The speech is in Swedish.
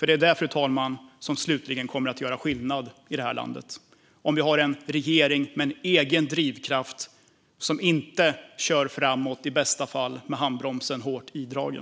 Det är det, fru talman, som slutligen kommer att göra skillnad i det här landet: en regering med en egen drivkraft som inte kör framåt med handbromsen hårt åtdragen.